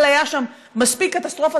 אבל הייתה שם מספיק קטסטרופה,